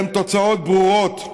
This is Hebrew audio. אלא עם תוצאות ברורות.